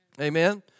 Amen